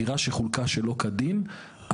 דירה שחולקה שלא כדין,